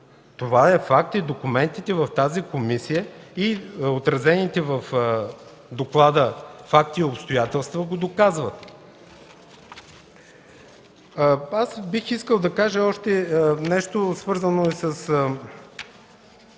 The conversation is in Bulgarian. Това е факт и документите в тази комисия, и отразените в доклада факти и обстоятелства, го доказват. Бих искал да кажа още нещо, свързано е с